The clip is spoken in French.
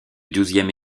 douzième